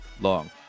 Long